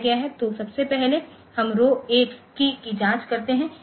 तो सबसे पहले हम रौ 1 कीय की जाँच करते हैं